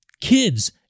kids